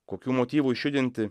kokių motyvų išjudinti